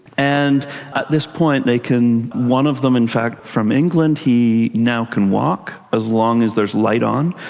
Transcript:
and at this point they can one of them in fact from england he now can walk, as long as there's light on.